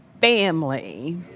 family